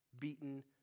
beaten